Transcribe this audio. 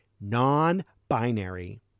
non-binary